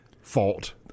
fault